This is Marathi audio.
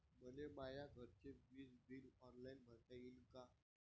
मले माया घरचे विज बिल ऑनलाईन भरता येईन का?